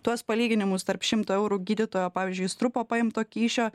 tuos palyginimus tarp šimto eurų gydytojo pavyzdžiui strupo paimto kyšio